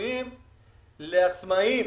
הציבוריים לעצמאיים.